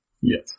Yes